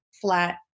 flat